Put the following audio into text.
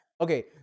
okay